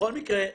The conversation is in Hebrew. בכל מקרה,